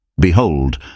Behold